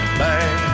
back